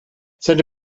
seine